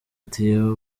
theo